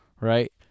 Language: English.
right